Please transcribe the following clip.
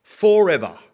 forever